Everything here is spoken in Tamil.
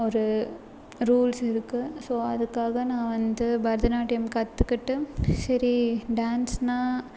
ஒரு ரூல்ஸ் இருக்குது ஸோ அதுக்காக நான் வந்து பரதநாட்டியம் கற்றுக்கிட்டு சரி டான்ஸ்னா